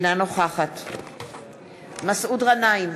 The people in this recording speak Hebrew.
אינה נוכחת מסעוד גנאים,